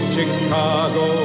Chicago